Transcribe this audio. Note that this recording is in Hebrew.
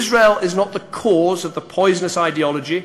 ויהדק עוד יותר את הקשרים בין ישראל לבריטניה,